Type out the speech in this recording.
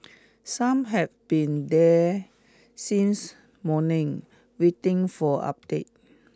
some had been there since morning waiting for updates